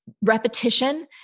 Repetition